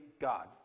God